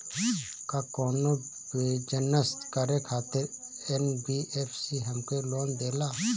का कौनो बिजनस करे खातिर एन.बी.एफ.सी हमके लोन देला?